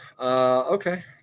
Okay